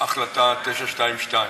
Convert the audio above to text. החלטה 922,